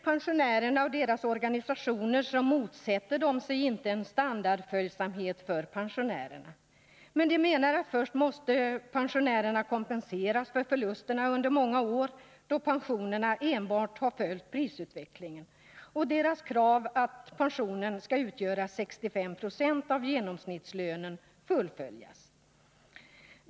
Pensionärerna och deras organisationer motsätter sig inte en standardfölj samhet av pensionerna men de menar att först måste pensionärerna kompenseras för de förluster som de under många år fått vidkännas, då pensionerna enbart har följt prisutvecklingen, och vidare måste deras krav att pensionen skall utgöra 65 96 av genomsnittslönen tillgodoses.